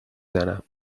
زنم